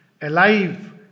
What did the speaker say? Alive